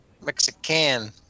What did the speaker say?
Mexican